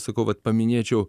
sakau vat paminėčiau